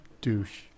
Douche